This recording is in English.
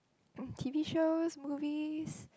T_V shows movies